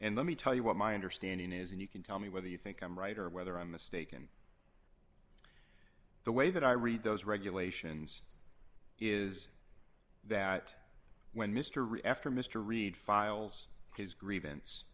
and let me tell you what my understanding is and you can tell me whether you think i'm right or whether i'm mistaken the way that i read those regulations is that when mr ray after mr reed files his grievance